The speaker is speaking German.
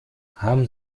haben